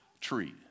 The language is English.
Tree